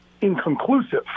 inconclusive